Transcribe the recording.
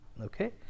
Okay